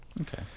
Okay